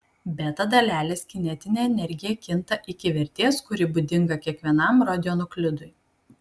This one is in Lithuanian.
beta dalelės kinetinė energija kinta iki vertės kuri būdinga kiekvienam radionuklidui